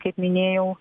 kaip minėjau